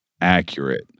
accurate